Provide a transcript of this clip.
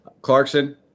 Clarkson